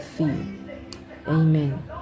Amen